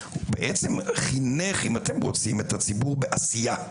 הוא בעצם חינך אם אתם רוצים את הציבור בעשייה,